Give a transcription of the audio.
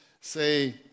say